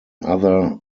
other